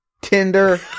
Tinder